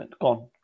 gone